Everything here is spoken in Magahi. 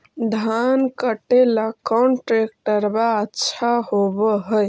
धान कटे ला कौन ट्रैक्टर अच्छा होबा है?